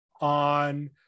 on